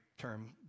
term